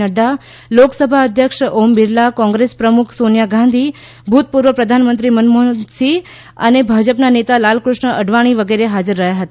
નફા લોકસભા અધ્યક્ષ ઓમ બિરલા કોંગ્રેસ પ્રમુખ સોનિયા ગાંધી ભૂતપૂર્વ પ્રધાનમંત્રી મનમોહનસિંહ ભાજપના નેતા લાલકૃષ્ણ અડવાણી વગેરે હાજર રહ્યા હતા